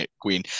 queen